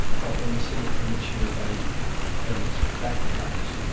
but when you see a premature baby having its back cracked,